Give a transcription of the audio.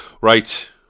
Right